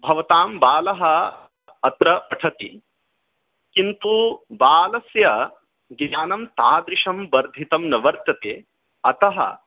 भवतां बालः अत्र पठति किन्तु बालस्य जि ज्ञानं तादृशं वर्धितं न वर्तते अतः